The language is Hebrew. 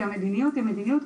כי המדיניות היא מדיניות,